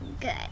Good